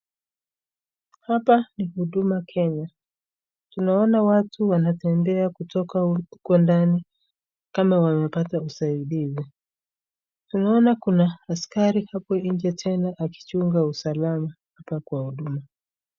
Hapa ni huduma kenya, tunaona watu wakitembea kutoka huko ndani kama wamepata usaidizi, tunaona kuna askari apo inje akichunga usalama hapa kwa huduma.